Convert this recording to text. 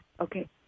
Okay